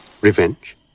revenge